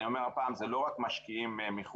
אני אומר עוד פעם, זה לא רק משקיעים מחו"ל.